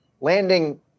landing